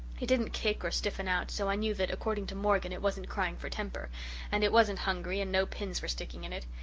it didn't kick or stiffen out, so i knew that, according to morgan, it wasn't crying for temper and it wasn't hungry and no pins were sticking in it.